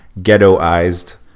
ghettoized